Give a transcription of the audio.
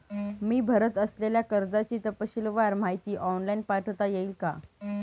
मी भरत असलेल्या कर्जाची तपशीलवार माहिती ऑनलाइन पाठवता येईल का?